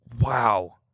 Wow